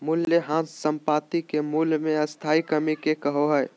मूल्यह्रास संपाति के मूल्य मे स्थाई कमी के कहो हइ